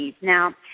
now